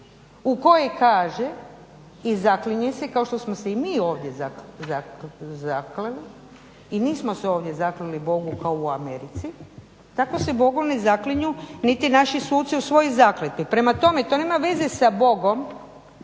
u kojoj kaže i zaklinje se kao što smo se i mi ovdje zakleli i nismo se ovdje zakleli Bogu kao u Americi tako se Bogu ne zaklinju niti naši suci u svojoj zakletvi. Prema tome to nema veze sa Bogom